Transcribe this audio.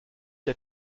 der